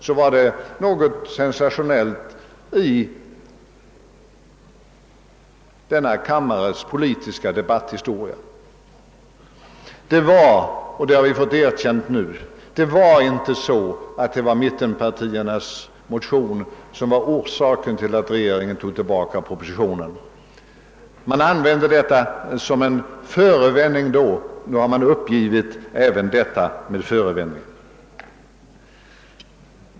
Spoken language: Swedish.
Vi har nu fått ett erkännande om att orsaken till att regeringen drog tillbaka propositionen inte var mittenpartiernas motion. Då använde man detta som en förevändning; nu har man uppgivit även detta med förevändning.